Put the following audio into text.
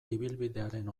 ibilbidearen